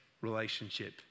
relationship